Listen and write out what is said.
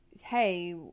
hey